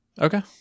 Okay